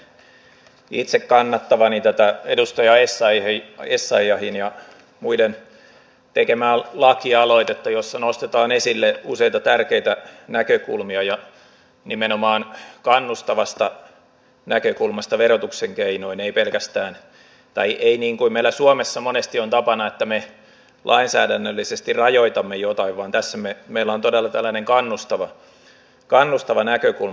ilmoitan myös itse kannattavani tätä edustaja essayahn ja muiden tekemää lakialoitetta jossa nostetaan esille useita tärkeitä näkökulmia ja nimenomaan kannustavasta näkökulmasta verotuksen keinoin ei niin kuin meillä suomessa monesti on tapana että me lainsäädännöllisesti rajoitamme jotain vaan tässä meillä on todella tällainen kannustava näkökulma